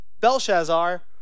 Belshazzar